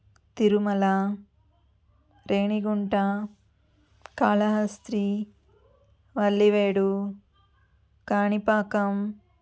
Tirumala Renigunta Kalahastri Vallivedu Kanipakam